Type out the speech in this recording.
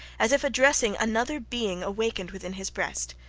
as if addressing another being awakened within his breast.